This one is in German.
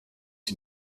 sie